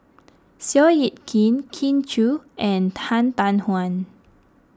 Seow Yit Kin Kin Chui and Han Tan Juan